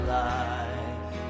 life